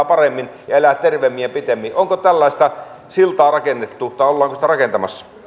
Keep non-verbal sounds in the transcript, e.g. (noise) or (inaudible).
(unintelligible) paremmin ja elää terveemmin ja pidemmin onko tällaista siltaa rakennettu tai ollaanko sitä rakentamassa